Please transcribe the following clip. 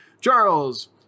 Charles